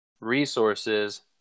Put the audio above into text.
resources